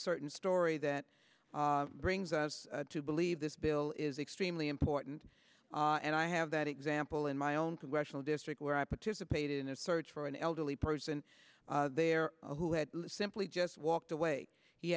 certain story that brings us to believe this bill is extremely important and i have that example in my own congressional district where i participated in a search for an elderly person there who had simply just walked away he